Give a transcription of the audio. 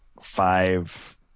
five